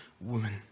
woman